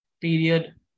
period